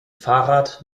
fahrrad